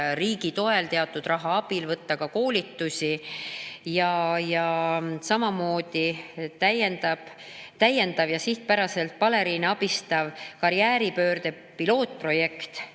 riigi toel teatud raha abil võtta koolitusi. Ja samamoodi täiendav ja sihipäraselt baleriine abistav karjääripöörde pilootprojekt